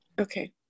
okay